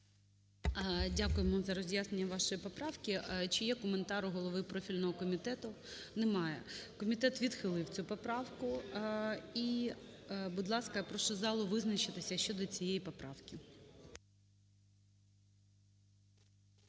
Дякуємо за роз'яснення вашої поправки. Чи є коментар у голови профільного комітету? Немає. Комітет відхилив цю поправку. І, будь ласка, прошу залу визначитися щодо цієї поправки.